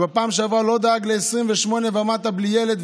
בפעם שעברה הוא לא דאג לבני 28 ומטה בלי ילד,